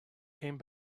came